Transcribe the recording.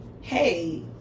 hey